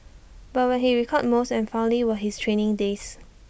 but what he recalled most and fondly were his training days